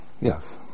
yes